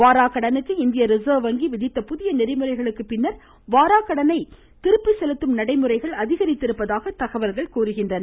வாராக்கடனுக்கு இந்திய ரிசர்வ் வங்கி விதித்த புதிய நெறிமுறைகளுக்கு பின்னர் வாராக்கடனை திருப்பி செலுத்தும் நடைமுறைகள் அதிகரித்திருப்பதாக தகவல்கள் தெரிவிக்கின்றன